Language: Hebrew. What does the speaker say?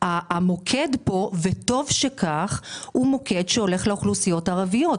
המוקד בתוכנית וטוב שכך הולך לאוכלוסיות הערביות,